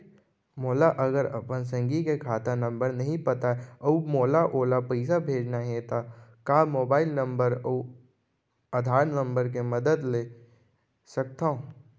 मोला अगर अपन संगी के खाता नंबर नहीं पता अऊ मोला ओला पइसा भेजना हे ता का मोबाईल नंबर अऊ आधार नंबर के मदद ले सकथव?